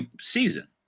season